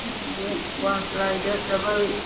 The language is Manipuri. ꯋꯥꯟꯄ꯭ꯂꯥꯏꯗ ꯗꯕꯜ